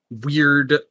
weird